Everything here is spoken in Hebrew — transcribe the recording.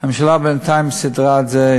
הממשלה בינתיים סידרה את זה.